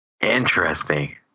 Interesting